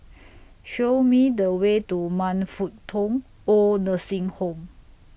Show Me The Way to Man Fut Tong Oid Nursing Home